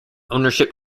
ownership